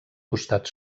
costat